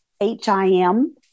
H-I-M